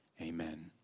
Amen